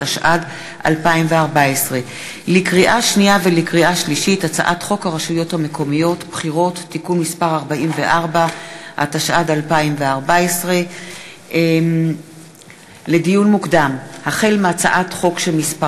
התשע"ד 2014. לקריאה שנייה ולקריאה